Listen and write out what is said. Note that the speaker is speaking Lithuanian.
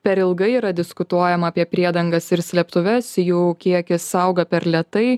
per ilgai yra diskutuojama apie priedangas ir slėptuves jų kiekis auga per lėtai